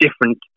different